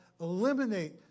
eliminate